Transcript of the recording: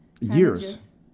years